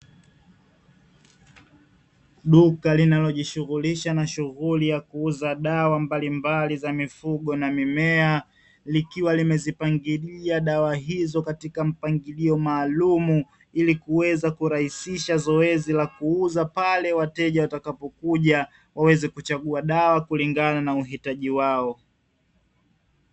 Duka linalojishughulisha na shughuli ya kuuza dawa mbalimbali za mifugo na mimea, likiwa limezipangilia dawa hizo katika mpangilio maalumu, ili kuweza kurahisisha zoezi la kuuza pale wateja watakapokuja; waweze kuchagua dawa kulingana na uhitaji wao.